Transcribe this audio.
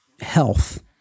health